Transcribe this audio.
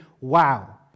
wow